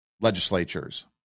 legislatures